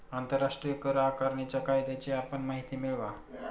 आंतरराष्ट्रीय कर आकारणीच्या कायद्याची आपण माहिती मिळवा